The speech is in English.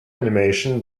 animation